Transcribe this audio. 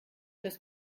das